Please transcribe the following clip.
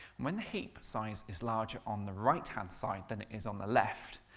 when the heap size is larger on the right-hand side than it is on the left,